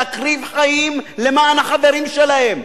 להקריב חיים למען החברים שלהם,